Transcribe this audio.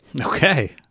Okay